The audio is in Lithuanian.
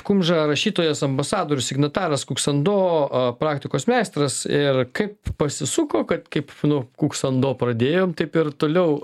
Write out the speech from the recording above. kumža rašytojas ambasadorius signataras kuksando praktikos meistras ir kaip pasisuko kad kaip nu kuksando pradėjome taip ir toliau